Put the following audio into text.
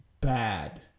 Bad